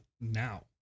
now